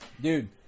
Dude